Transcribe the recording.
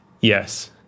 Yes